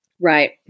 right